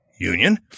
union